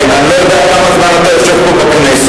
אני לא יודע כמה זמן אתה יושב פה בכנסת.